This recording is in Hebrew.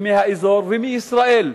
מהאזור ומישראל,